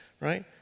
Right